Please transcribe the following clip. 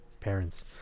parents